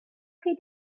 cei